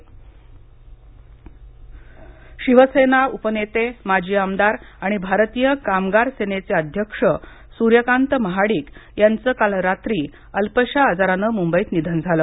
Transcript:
निधन शिवसेना उपनेते माजी आमदार आणि भारतीय कामगार सेनेचे अध्यक्ष सुर्यकांत महाडिक यांच काल रात्री अल्पशा आजारान मुंबईत निधन झाल